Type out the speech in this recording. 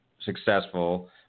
successful